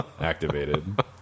activated